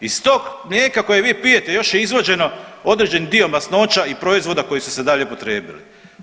Iz tog mlijeka kojeg vi pijete još je izvađeno određeni dio masnoća i proizvoda koji su se dalje upotrijebili.